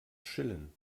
chillen